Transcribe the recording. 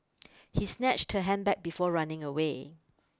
he snatched her handbag before running away